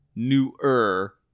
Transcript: newer